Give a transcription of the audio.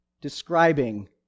describing